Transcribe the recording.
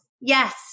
Yes